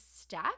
step